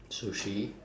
sushi